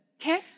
Okay